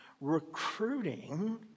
recruiting